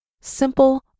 Simple